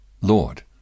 Lord